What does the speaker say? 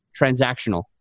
transactional